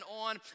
on